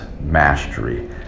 mastery